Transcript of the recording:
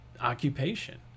occupation